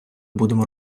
будемо